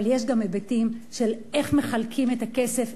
אבל יש גם היבטים של איך מחלקים את הכסף,